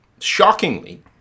shockingly